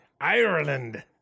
Ireland